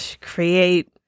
create